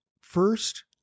first